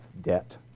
debt